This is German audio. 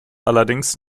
allerdings